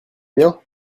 bien